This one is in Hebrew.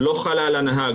לא חלה על הנהג.